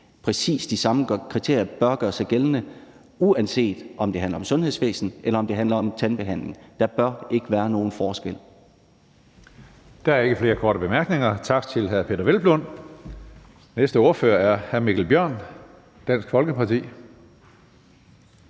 Præcis de samme kriterier bør gøre sig gældende, uanset om det handler om sundhedsvæsenet eller det handler om tandbehandling. Der bør ikke være nogen forskel. Kl. 16:46 Tredje næstformand (Karsten Hønge): Der er ikke flere korte bemærkninger. Tak til hr. Peder Hvelplund. Næste ordfører er hr. Mikkel Bjørn, Dansk Folkeparti.